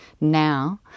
now